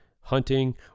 hunting